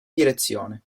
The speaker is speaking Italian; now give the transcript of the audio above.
direzione